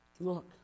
Look